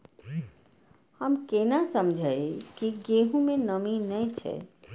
हम केना समझये की गेहूं में नमी ने छे?